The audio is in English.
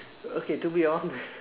okay to be honest